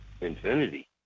infinity